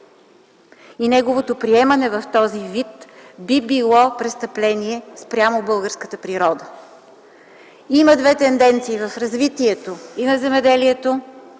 Неговото приемане в този вид би било престъпление спрямо българската природа. Има две тенденции в развитието и на земеделието,